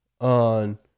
on